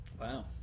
Wow